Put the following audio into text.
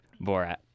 Borat